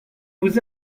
vous